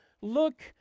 Look